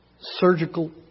surgical